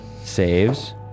saves